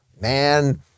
man